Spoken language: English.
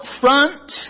front